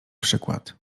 przykład